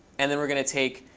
and then we're going to take